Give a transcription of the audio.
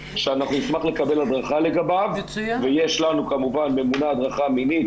שאנחנו נשמח לקבל הדרכה לגביו ויש לנו כמובן ממונה הדרכה מינית